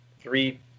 three